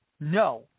no